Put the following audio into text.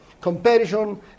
comparison